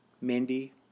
Mindy